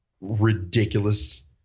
ridiculous